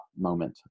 moment